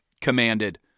commanded